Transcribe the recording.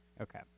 Okay